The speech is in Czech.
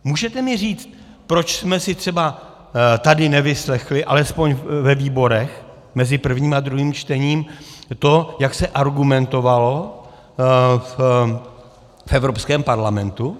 Můžete mi říct, proč jsme si třeba tady nevyslechli, alespoň ve výborech mezi prvním a druhým čtením, to, jak se argumentovalo v Evropském parlamentu?